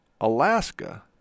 Alaska